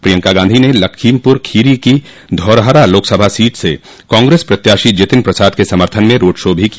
प्रियंका गांधी ने लखीमपुर खीरी की धौरहरा लोकसभा सीट से कांग्रेस प्रत्याशी जितिन प्रसाद के समर्थन में रोड शो भी किया